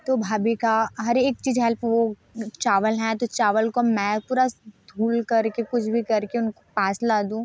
तो भाभी की हर एक चीज़ हेल्प वो चावल हैं तो चावल को मैं पूरा धो कर के कुछ भी कर के उनके पास ला दूँ